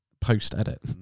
post-edit